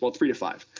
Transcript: three to five.